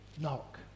knock